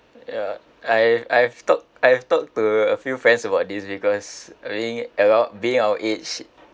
uh I've I've talked I've talked to a few friends about this because being about being our age